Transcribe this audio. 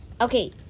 Okay